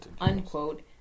unquote